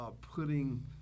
putting